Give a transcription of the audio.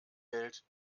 hält